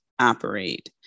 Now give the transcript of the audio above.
operate